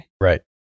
right